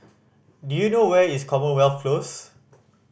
do you know where is Commonwealth Close